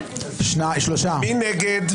מי נגד?